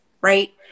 right